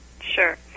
Sure